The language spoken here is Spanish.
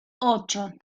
ocho